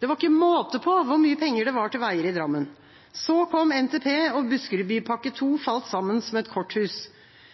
Det var ikke måte på hvor mye penger det var til veier i Drammen. Så kom NTP, og Buskerud bypakke 2 falt sammen som et korthus.